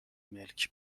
ملک